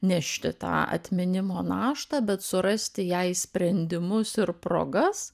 nešti tą atminimo naštą bet surasti jai sprendimus ir progas